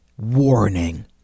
Warning